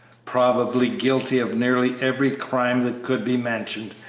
probably guilty of nearly every crime that could be mentioned,